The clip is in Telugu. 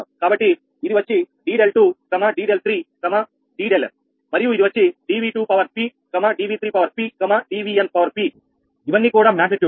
కాబట్టి ఇది వచ్చి 𝑑𝛿2 𝑑𝛿3 𝑑𝛿𝑛 మరియు ఇది వచ్చి 𝑑𝑉2 𝑑𝑉3 𝑑𝑉𝑛 ఇవన్నీ కూడా మాగ్నిట్యూడ్ లు